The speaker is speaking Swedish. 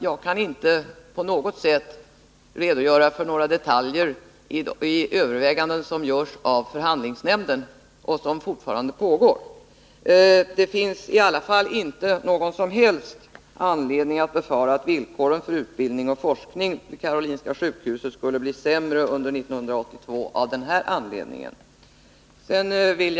Jag kan inte redogöra för några detaljer i överväganden som görs av förhandlingsnämnden och som fortfarande pågår. Det finns i varje fall inte någon som helst anledning att befara att villkoren för utbildning och forskning vid Karolinska sjukhuset skulle bli sämre under 1982 av detta skäl.